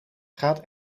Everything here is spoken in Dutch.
gaat